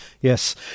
Yes